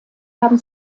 haben